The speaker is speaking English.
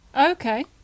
Okay